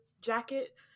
jacket